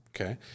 Okay